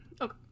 Okay